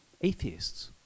atheists